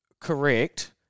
correct